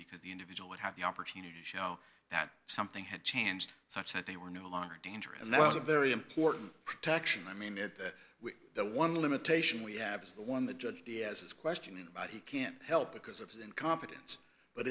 because the individual would have the opportunity to show that something had changed such that they were no longer dangerous and there was a very important protection i mean that the one limitation we have is the one the judge diaz is questioning about he can't help because of his incompetence but